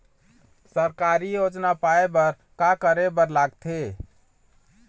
सरकारी योजना पाए बर का करे बर लागथे?